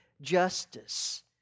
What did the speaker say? justice